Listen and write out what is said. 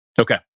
Okay